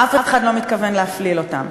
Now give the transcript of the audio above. אף אחד לא מתכוון להפליל בגינם.